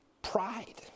Pride